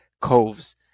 coves